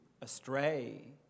astray